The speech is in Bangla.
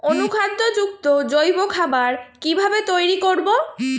অনুখাদ্য যুক্ত জৈব খাবার কিভাবে তৈরি করব?